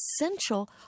essential